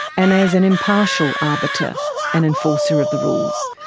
and as an impartial arbiter and enforcer of the rules.